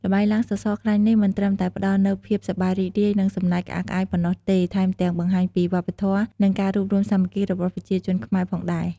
ល្បែងឡើងសសរខ្លាញ់នេះមិនត្រឹមតែផ្ដល់នូវភាពសប្បាយរីករាយ និងសំណើចក្អាកក្អាយប៉ុណ្ណោះទេ ថែមទាំងបង្ហាញពីវប្បធម៌ និងការរួបរួមសាមគ្គីរបស់ប្រជាជនខ្មែរផងដែរ។